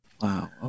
Wow